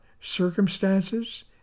circumstances